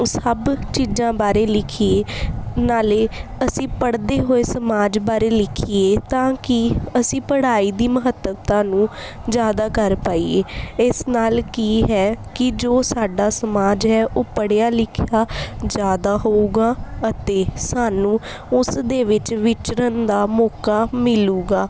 ਉਹ ਸਭ ਚੀਜ਼ਾਂ ਬਾਰੇ ਲਿਖੀਏ ਨਾਲੇ ਅਸੀਂ ਪੜ੍ਹਦੇ ਹੋਏ ਸਮਾਜ ਬਾਰੇ ਲਿਖੀਏ ਤਾਂ ਕਿ ਅਸੀਂ ਪੜ੍ਹਾਈ ਦੀ ਮਹੱਤਤਾ ਨੂੰ ਜ਼ਿਆਦਾ ਕਰ ਪਾਈਏ ਇਸ ਨਾਲ ਕੀ ਹੈ ਕਿ ਜੋ ਸਾਡਾ ਸਮਾਜ ਹੈ ਉਹ ਪੜ੍ਹਿਆ ਲਿਖਿਆ ਜ਼ਿਆਦਾ ਹੋਵੇਗਾ ਅਤੇ ਸਾਨੂੰ ਉਸ ਦੇ ਵਿੱਚ ਵਿਚਰਨ ਦਾ ਮੌਕਾ ਮਿਲੂਗਾ